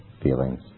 feelings